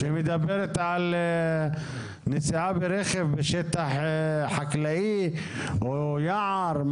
הצעת החוק מדברת על נסיעה ברכב בשטח חקלאי או יער.